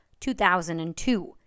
2002